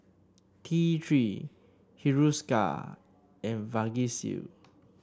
T Three Hiruscar and Vagisil